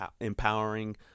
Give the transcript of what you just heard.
empowering